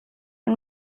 und